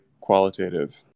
qualitative